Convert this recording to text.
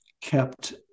kept